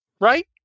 Right